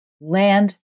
land